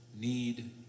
need